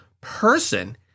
person